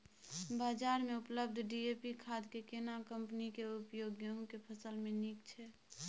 बाजार में उपलब्ध डी.ए.पी खाद के केना कम्पनी के उपयोग गेहूं के फसल में नीक छैय?